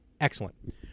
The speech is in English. Excellent